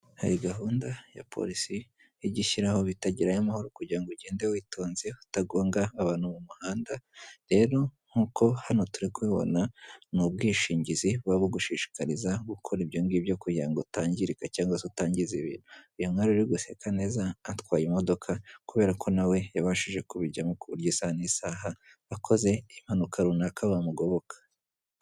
Hari gahunda ya polisi igishyiraho bita gerayo amahoro kugira ngo ugende witonze kutagonga abantu mu muhanda, rero nkuko hano turari kubibona n'ubwishingizi wabugushishikariza gukora ibyo ngibyo kugira ngo utangirika cyangwa se utangiza. Uyu mwari uri guseka neza atwaye imodoka kubera ko nawe yabashije kubijyamo neza isaha n'isaha akoze impanuka runaka bamugoboka.